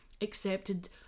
accepted